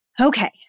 Okay